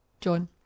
John